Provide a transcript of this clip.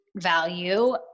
value